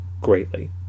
greatly